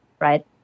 right